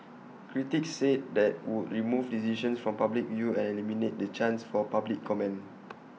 critics said that would remove decisions from public view and eliminate the chance for public comment